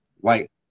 white